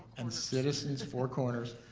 and citizens, four corners,